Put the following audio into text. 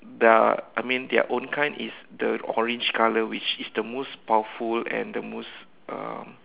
the I mean their own kind is the orange color which is the most powerful and the most uh